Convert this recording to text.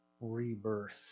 rebirth